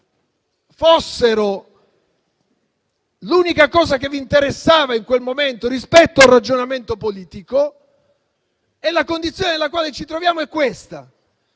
che fossero l'unica cosa che vi interessava in quel momento rispetto al ragionamento politico. La condizione nella quale ci troviamo è questa.